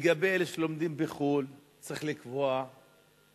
לגבי אלה שלומדים בחו"ל, צריך לקבוע מבחן